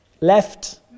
Left